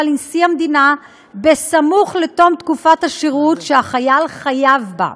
לנשיא המדינה סמוך לתום תקופת השירות שהחייל חייב בה.